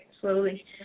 slowly